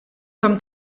comme